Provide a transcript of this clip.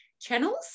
channels